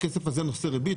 הכסף הזה נושא ריבית,